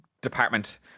department